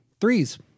Threes